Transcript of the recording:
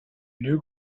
new